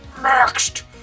Next